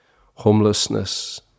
homelessness